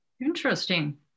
Interesting